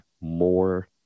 more